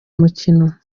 mukino